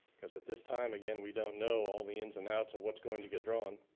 cause at this time, again, we don't know all the ins and outs of what's going to get drawn.